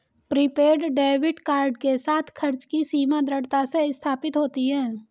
prepaid debit card के साथ, खर्च की सीमा दृढ़ता से स्थापित होती है